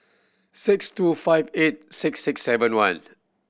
six two five eight six six seven one